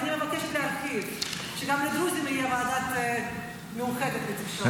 אני מבקשת --- שגם לדרוזים תהיה ועדה מיוחדת לתקשורת.